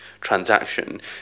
transaction